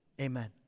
Amen